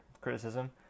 criticism